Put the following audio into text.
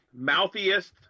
mouthiest